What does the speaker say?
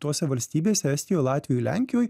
tose valstybėse estijoj latvijoj lenkijoj